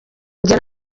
njye